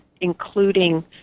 including